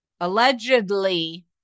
allegedly